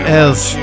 else